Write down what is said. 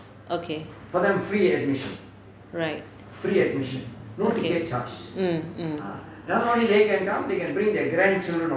okay right okay mm mm